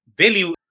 value